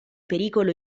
pericolo